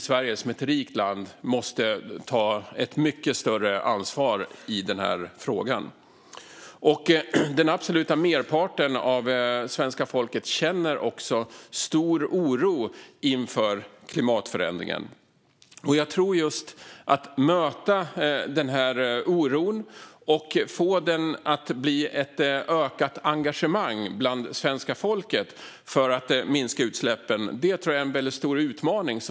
Sverige som är ett rikt land måste ta ett mycket större ansvar i frågan. Den absoluta merparten av svenska folket känner stor oro inför klimatförändringen. Jag tror att vi politiker har en stor utmaning när det gäller att möta denna oro och få den att bli ett ökat engagemang hos svenska folket att minska utsläppen.